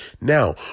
Now